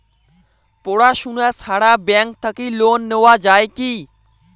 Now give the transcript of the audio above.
পড়াশুনা ছাড়া ব্যাংক থাকি লোন নেওয়া যায় কি?